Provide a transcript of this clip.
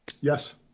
yes